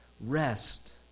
Rest